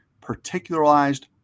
particularized